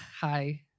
hi